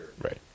Right